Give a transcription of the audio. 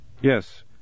Yes